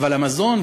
המזון,